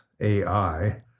AI